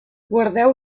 guardeu